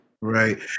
Right